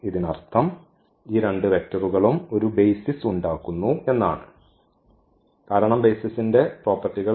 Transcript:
ഇതിനർത്ഥം ഈ രണ്ട് വെക്റ്ററുകളും ഒരു ബെയ്സിസ് ഉണ്ടാക്കുന്നു കാരണം ആണ് ബെയ്സിസ്ന്റെ പ്രോപ്പർട്ടികൾ